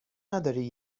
نداری